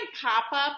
pop-up